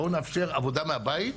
בואו נאפשר עבודה מהבית,